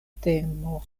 temo